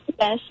Yes